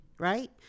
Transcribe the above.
right